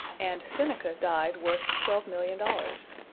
and seneca died worth twelve million dollars.